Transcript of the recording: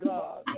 God